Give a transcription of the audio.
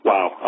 Wow